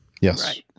Yes